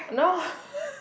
no